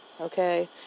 okay